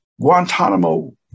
Guantanamo